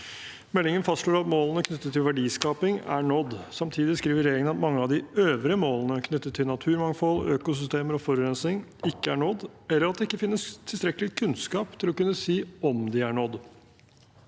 Meldingen fastslår at målene knyttet til verdiskaping er nådd. Samtidig skriver regjeringen at mange av de øvrige målene knyttet til naturmangfold, økosystemer og forurensning ikke er nådd, eller at det ikke finnes tilstrekkelig kunnskap til å kunne si om de er nådd.